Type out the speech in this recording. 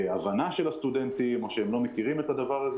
הבנה של הסטודנטים או שהם לא מכירים את הדבר הזה.